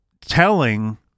telling